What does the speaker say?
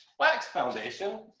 wax foundation,